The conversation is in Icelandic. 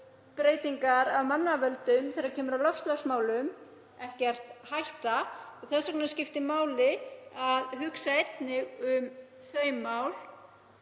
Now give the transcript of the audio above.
breytingar af mannavöldum þegar kemur að loftslagsmálum ekkert hætta. Þess vegna skiptir máli að hugsa einnig um þau mál.